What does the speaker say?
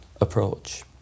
approach